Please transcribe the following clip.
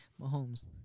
Mahomes